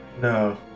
No